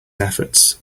efforts